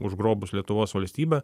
užgrobus lietuvos valstybę